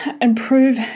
Improve